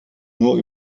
nur